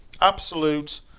absolute